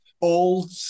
old